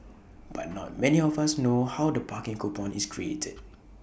but not many of us know how the parking coupon is created